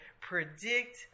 predict